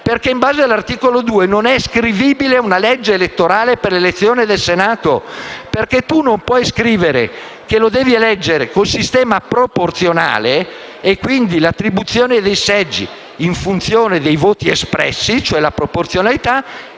perché, in base all'articolo 2, non è scrivibile una legge elettorale per l'elezione del Senato. Non si può infatti scrivere che bisogna eleggerlo con il sistema proporzionale e, quindi, con l'attribuzione dei seggi in funzione dei voti espressi (cioè la proporzionalità)